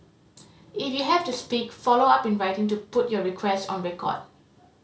if you have to speak follow up in writing to put your requests on record